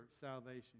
salvation